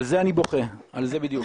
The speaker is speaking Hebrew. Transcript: על זה אני בוכה, על זה בדיוק.